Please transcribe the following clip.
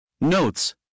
Notes